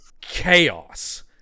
chaos